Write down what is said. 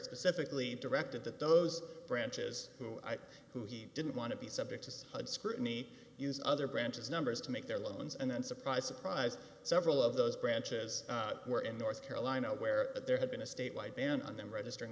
specifically directed that those branches who i knew he didn't want to be subject to scrutiny use other branches numbers to make their loans and then surprise surprise several of those branches were in north carolina where there had been a statewide ban on them registering